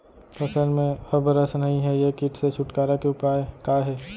फसल में अब रस नही हे ये किट से छुटकारा के उपाय का हे?